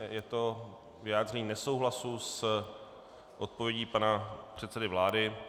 Je to vyjádření nesouhlasu s odpovědí pana předsedy vlády.